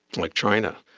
like china.